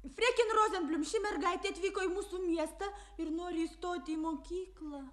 freken rozenblium ši mergaitė atvyko į mūsų miestą ir nori įstoti į mokyklą